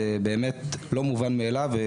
זה באמת לא מובן מאליו.